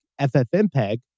FFmpeg